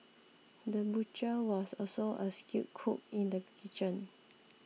the butcher was also a skilled cook in the kitchen